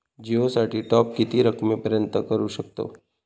जिओ साठी टॉप किती रकमेपर्यंत करू शकतव?